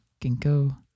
Ginkgo